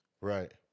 right